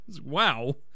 Wow